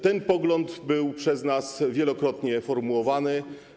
Ten pogląd był przez nas wielokrotnie formułowany.